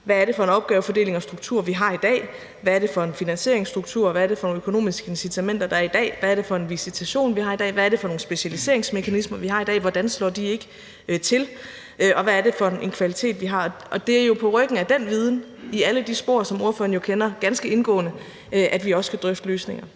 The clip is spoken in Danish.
hvad er det for en opgavefordeling og struktur, vi har i dag? Hvad er det for en finansieringsstruktur, og hvad er det for nogle økonomiske incitamenter, der er i dag? Hvad er det for en visitation, vi har i dag? Hvad er det for nogle specialiseringsmekanismer, vi har i dag, og hvordan slår de ikke til? Og hvad er det for en kvalitet, vi har? Det er jo på ryggen af den viden fra alle de spor, som ordføreren jo kender ganske indgående, at vi også skal drøfte løsninger.